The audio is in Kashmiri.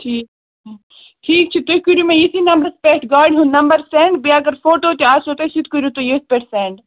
ٹھیٖک ٹھیٖک چھُ تُہۍ کٔرِو مےٚ ییٚتھی نمبرس پٮ۪ٹھ گاڑِ ہُنٛد نمبر سٮ۪نٛڈ بیٚیہِ اگر فوٹوٗ تہِ آسٮ۪و سُہ تہِ کٔرِو تُہۍ یِیٚتھۍ پٮ۪ٹھ سٮ۪نٛڈ